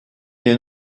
les